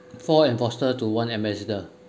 four enforcer to one ambassador